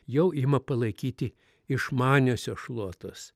jau ima palaikyti išmaniosios šluotos